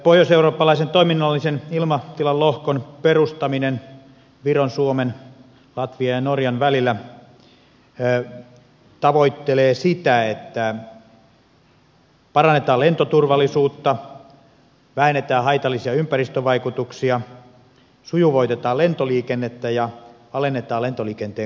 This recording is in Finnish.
pohjoiseurooppalaisen toiminnallisen ilmatilan lohkon perustaminen viron suomen latvian ja norjan välillä tavoittelee sitä että parannetaan lentoturvallisuutta vähennetään haitallisia ympäristövaikutuksia sujuvoitetaan lentoliikennettä ja alennetaan lentoliikenteen kustannuksia